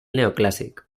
neoclàssic